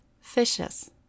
FISHES